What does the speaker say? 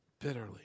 Bitterly